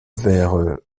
vers